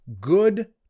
good